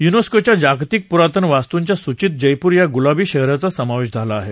युनेस्कोच्या जागतिक पुरातन वास्तुंच्या सूचीत जयपूर या गुलाबी शहराचा समावेश झाला आहे